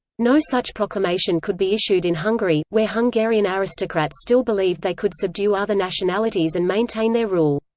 no such proclamation could be issued in hungary, where hungarian aristocrats still believed they could subdue other nationalities and maintain their rule.